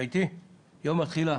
התחילה